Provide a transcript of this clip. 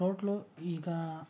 total ಈಗ